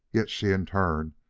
yet she, in turn,